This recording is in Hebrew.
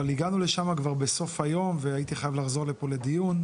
אבל הגענו לשם כבר בסוף היום והייתי חייב לחזור לדיון,